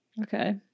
Okay